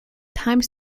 time